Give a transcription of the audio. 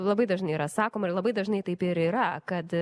labai dažnai yra sakoma ir labai dažnai taip ir yra kad